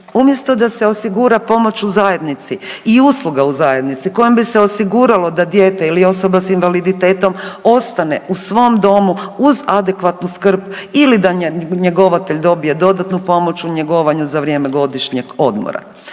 mjesto da se osigura pomoć u zajednici i usluga u zajednici kojom bi se osiguralo da dijete ili osoba s invaliditetom ostane u svom domu uz adekvatnu skrb ili da njegovatelj dobije dodatnu pomoć u njegovanju za vrijeme godišnjeg odmora.